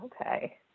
Okay